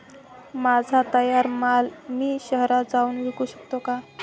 माझा तयार माल मी शहरात जाऊन विकू शकतो का?